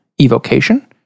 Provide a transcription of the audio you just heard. evocation